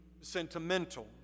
sentimental